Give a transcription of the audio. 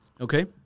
okay